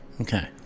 Okay